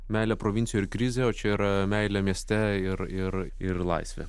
meilė provincijoj ir krizė o čia yra meilė mieste ir ir ir laisvė